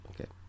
Okay